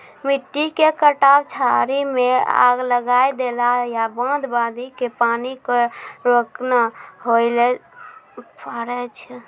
मिट्टी के कटाव, झाड़ी मॅ आग लगाय देना या बांध बांधी कॅ पानी क रोकना होय ल पारै छो